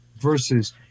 versus